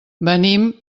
venim